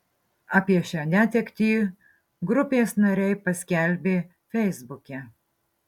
apie šią netektį grupės nariai paskelbė feisbuke